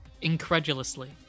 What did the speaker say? incredulously